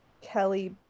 Kelly